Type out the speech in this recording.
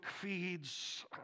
feeds